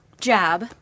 jab